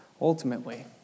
Ultimately